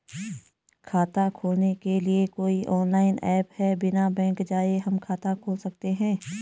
खाता खोलने के लिए कोई ऑनलाइन ऐप है बिना बैंक जाये हम खाता खोल सकते हैं?